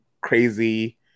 crazy